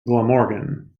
glamorgan